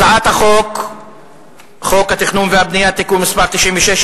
הצעת חוק התכנון והבנייה (תיקון מס' 96)